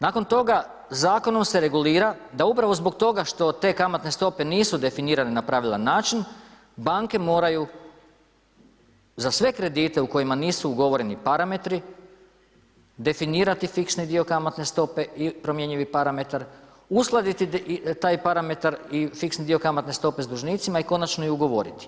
Nakon toga, zakonom se regulira da upravo zbog toga što te kamatne stope nisu definirane na pravilan način, banke moraju za sve kredite u kojima nisu ugovoreni parametri definirati fiksni dio kamatne stope i promjenjivi parametar, uskladiti taj parametar i fiksni dio kamatne stope s dužnicima i konačno i ugovoriti.